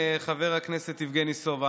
חבר הכנסת יבגני סובה,